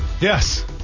Yes